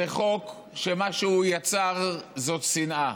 זה חוק שמה שהוא יצר זה שנאה.